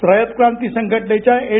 रयत क्रांती संघटनेच्या एन